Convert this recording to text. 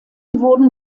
wurden